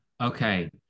okay